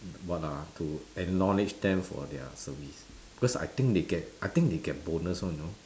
what ah to acknowledge them for their service because I think they get I think they get bonus [one] know